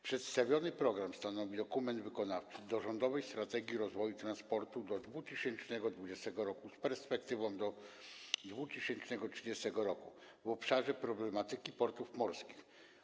Przedstawiony program stanowi dokument wykonawczy do rządowej „Strategii rozwoju transportu do 2020 r. (z perspektywą do 2030 r.)” w obszarze problematyki portów morskich.